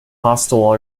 hostile